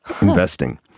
investing